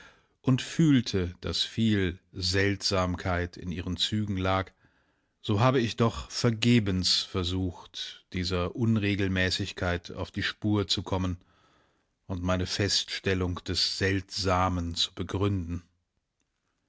und fühlte daß viel seltsamkeit in ihren zügen lag so habe ich doch vergebens versucht dieser unregelmäßigkeit auf die spur zu kommen und meine feststellung des seltsamen zu begründen